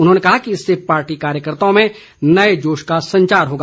उन्होंने कहा कि इससे पार्टी कार्यकर्ताओं में नए जोश का संचार होगा